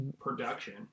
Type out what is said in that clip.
production